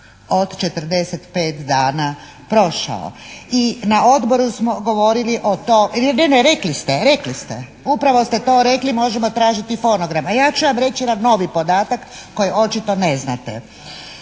od 45 dana prošao i na Odboru smo govorili o tom. Ne, ne, rekli ste, upravo ste to rekli, možemo tražiti fonogram, a ja ću vam reći jedan novi podatak koji očito ne znate.